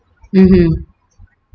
mmhmm